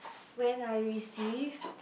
when I received